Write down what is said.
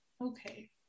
Okay